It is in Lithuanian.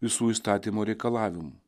visų įstatymų reikalavimų